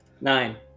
Nine